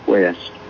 West